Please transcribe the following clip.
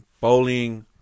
bowling